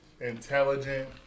intelligent